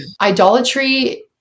idolatry